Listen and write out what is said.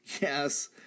Yes